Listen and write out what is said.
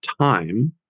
time